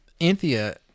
Anthea